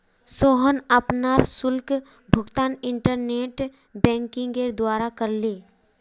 सोहन अपनार शुल्क भुगतान इंटरनेट बैंकिंगेर द्वारा करले